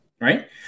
right